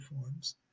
forms